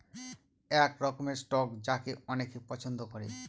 এক রকমের স্টক যাকে অনেকে পছন্দ করে